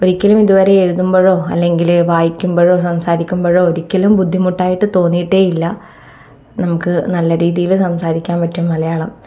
ഒരിക്കലും ഇതുവരെ എഴുതുമ്പോഴോ അല്ലെങ്കിൽ വായിക്കുമ്പോഴോ സംസാരിക്കുമ്പോഴോ ഒരിക്കലും ബുദ്ധിമുട്ടായിട്ട് തോന്നിയിട്ടേ ഇല്ല നമുക്ക് നല്ല രീതിയിൽ സംസാരിക്കാൻ പറ്റും മലയാളം